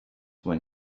when